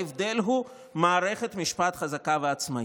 ההבדל הוא מערכת משפט חזקה ועצמאית.